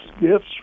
gifts